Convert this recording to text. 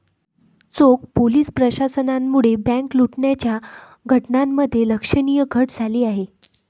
चोख पोलीस प्रशासनामुळे बँक लुटण्याच्या घटनांमध्ये लक्षणीय घट झाली आहे